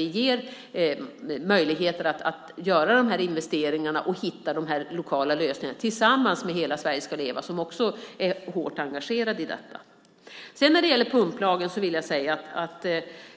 Vi ger möjligheter att göra de här investeringarna och hitta de lokala lösningarna tillsammans med Hela Sverige ska leva, som också är hårt engagerat i detta. När det gäller pumplagen vill jag säga att